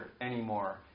anymore